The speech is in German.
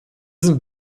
sind